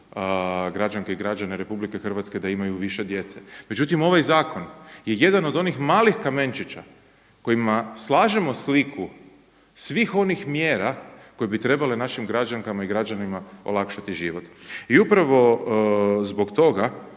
građanke i građane Republike Hrvatske da imaju više djece. Međutim, ovaj zakon je jedan od onih malih kamenčića kojima slažemo sliku svih onih mjera koje bi trebale našim građankama i građanima olakšati život. I upravo zbog toga